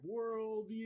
worldview